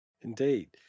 indeed